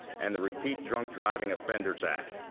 and the repeat drunk driver offender's act.